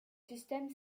système